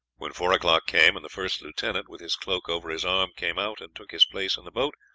when four o'clock came, and the first lieutenant, with his cloak over his arm, came out and took his place in the boat,